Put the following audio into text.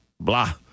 blah